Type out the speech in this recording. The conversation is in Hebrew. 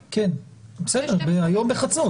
בסדר והיום בחצות.